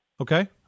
Okay